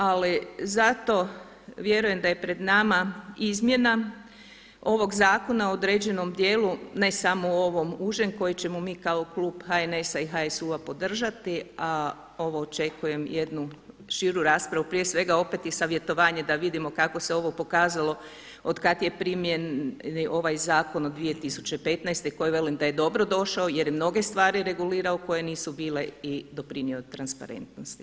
Ali zato vjerujem da je pred nama izmjena ovog zakona u određenom dijelu ne samo u ovom užem koji ćemo mi kao klub HNS-a i HSU-a podržati a ovo očekujem jednu širu raspravu, prije svega opet i savjetovanje da vidimo kako se ovo pokazalo otkada je primijenjen ovaj zakon od 2015. koji velim da je dobro došao jer je mnoge stvari regulirao koje nisu bile i doprinio transparentnosti.